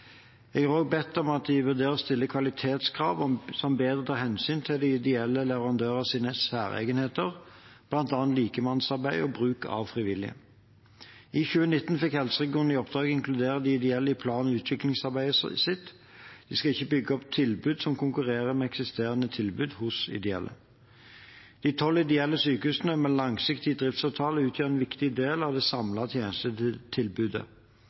Jeg har også bedt om at de vurderer å stille kvalitetskrav som bedre tar hensyn til de ideelle leverandørenes særegenheter, bl.a. likemannsarbeid og bruk av frivillige. I 2019 fikk helseregionene i oppdrag å inkludere de ideelle i plan- og utviklingsarbeidet sitt. De skal ikke bygge opp tilbud som konkurrerer med eksisterende tilbud hos ideelle. De tolv ideelle sykehusene med langsiktig driftsavtale utgjør en viktig del av det samlede tjenestetilbudet.